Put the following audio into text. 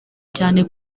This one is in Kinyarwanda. cyane